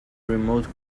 remote